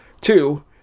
two